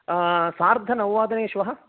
सार्धनववादने श्वः